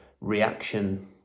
reaction